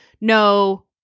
no